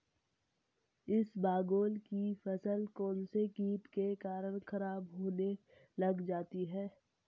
इसबगोल की फसल कौनसे कीट के कारण खराब होने लग जाती है?